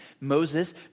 Moses